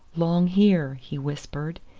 long here, he whispered,